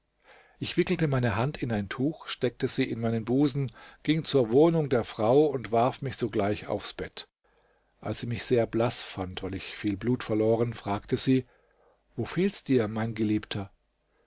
ich wickelte meine hand in ein tuch steckte sie in meinen busen ging zur wohnung der frau und warf mich sogleich aufs bett als sie mich sehr blaß fand weil ich viel blut verloren fragte sie wo fehlt's dir mein geliebter